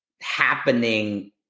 happening